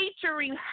featuring